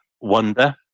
wonder